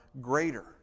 greater